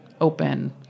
open